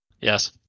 Yes